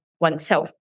oneself